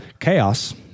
Chaos